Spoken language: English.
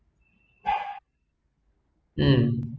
um